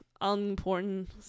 unimportant